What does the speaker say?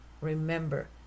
remember